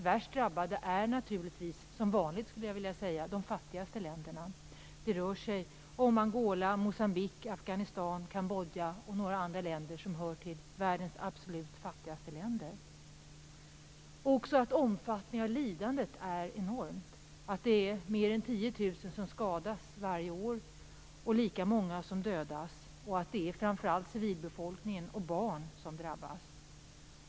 Värst drabbade är naturligtvis - som vanligt, skulle jag vilja säga - de fattigaste länderna. Det rör sig om Angola, Moçambique, Afghanistan, Kambodja och några andra länder, som hör till världens absolut fattigaste. Omfattningen av lidandet är enormt. Det är mer än 10 000 som skadas varje år och lika många som dödas. Det är framför allt civilbefolkningen, barnen, som drabbas.